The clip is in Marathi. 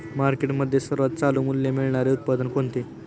मार्केटमध्ये सर्वात चालू मूल्य मिळणारे उत्पादन कोणते?